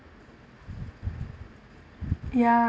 ya